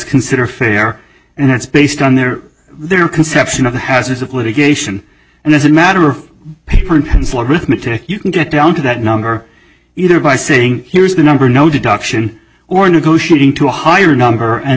consider fair and it's based on their their conception of the hazards of litigation and as a matter of paper and pencil arithmetic you can get down to that number either by saying here's the number no deduction or negotiating to a higher number and